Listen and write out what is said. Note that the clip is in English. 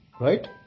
right